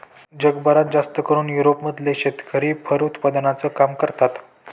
जगभरात जास्तकरून युरोप मधले शेतकरी फर उत्पादनाचं काम करतात